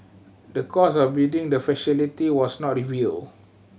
the cost of building the facility was not revealed